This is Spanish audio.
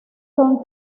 son